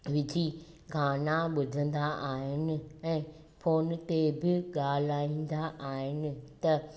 विझी गाना ॿुधंदा आहिन ऐं फोन ते बि ॻाल्हाईंदा आहिनि त